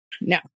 No